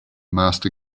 master